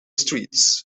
streets